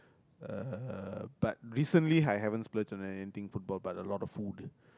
uh but recently I haven't splurge on anything football but a lot of food